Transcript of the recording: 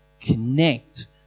connect